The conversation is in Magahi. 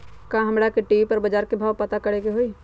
का हमरा टी.वी पर बजार के भाव पता करे के होई?